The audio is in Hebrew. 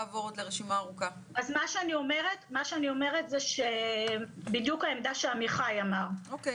אז מה שאני אומרת זה בדיוק העמדה שעמיחי אמר,